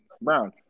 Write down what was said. Brown